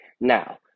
Now